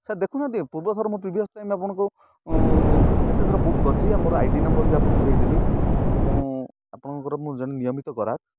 sir ଦେଖୁନାହାଁନ୍ତି ପୂର୍ବ ଥର ମୁଁ ପ୍ରିଭିଅସ ଟାଇମ ଆପଣଙ୍କୁ କେତେଥର ବୁକ୍ କରିଛି ଆଉ ମୋର ଆଇ ଡ଼ି ନମ୍ବର ବି ଆପଣଙ୍କୁ ଦେଇଦେବି ମୁଁ ଆପଣଙ୍କର ମୁଁ ଜଣେ ନିୟମିତ ଗରାକ୍